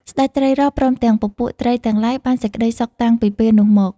ស្តេចត្រីរ៉ស់ ព្រមទាំងពពួកត្រីទាំងឡាយ បានសេចក្តីសុខតាំងពីពេលនោះមក។